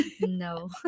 No